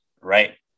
right